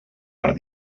per